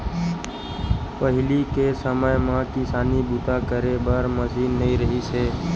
पहिली के समे म किसानी बूता करे बर मसीन नइ रिहिस हे